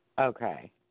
Okay